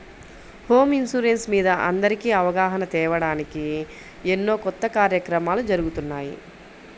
home insurance మీద అందరికీ అవగాహన తేవడానికి ఎన్నో కొత్త కార్యక్రమాలు జరుగుతున్నాయి